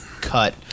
cut